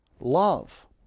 love